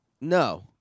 No